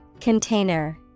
Container